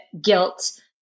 guilt